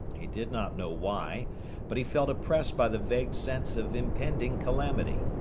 he did not know why but he felt oppressed by the vague sense of impending calamity.